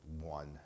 one